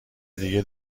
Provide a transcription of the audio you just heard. دیگه